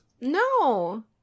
No